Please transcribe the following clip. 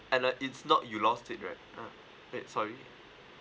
and uh it's not you lost it right uh that sorry